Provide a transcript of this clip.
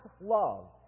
love